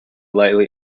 lightly